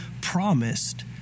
promised